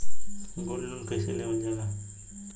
Gold loan कईसे लेवल जा ला?